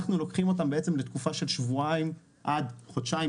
אנחנו לוקחים אותם לתקופה של שבועיים עד חודשיים